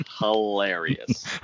hilarious